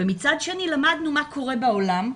ומצד שני למדנו מה קורה בעולם,